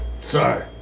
Sorry